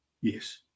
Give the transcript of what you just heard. yes